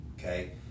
Okay